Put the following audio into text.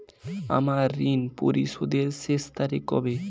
আমার ঋণ পরিশোধের শেষ তারিখ কবে?